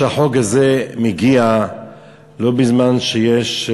שהחוק הזה מגיע לא בזמן שיש